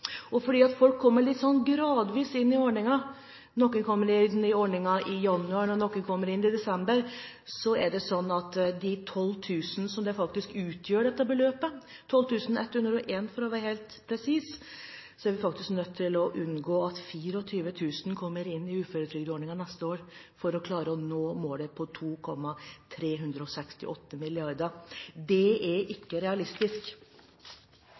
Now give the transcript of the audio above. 2013. Fordi folk kommer litt gradvis inn i ordningen – noen kommer inn i ordningen i januar, noen kommer inn i desember – er det slik at de 12 000 kr som er det beløpet dette faktisk utgjør, 12 101 kr, for å være helt presis, er vi nødt til å unngå at 24 000 kommer inn under uføretrygdordningen neste år for å klare å nå målet på 2 368 mrd. kr. Det er ikke realistisk.